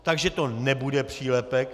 Takže to nebude přílepek.